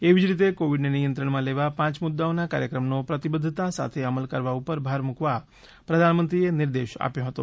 એવી જ રીતે કોવિડને નિયંત્રણમાં લેવા પાંચ મુદ્દાઓના કાર્યક્રમનો પ્રતિબધ્ધતા સાથે અમલ કરવા ઉપર ભાર મૂકવા પ્રધાનમંત્રીએ નિર્દેશ આપ્યો હતો